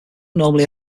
normally